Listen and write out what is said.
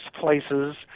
places